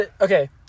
Okay